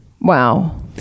Wow